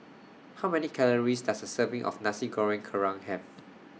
How Many Calories Does A Serving of Nasi Goreng Kerang Have